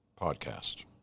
podcast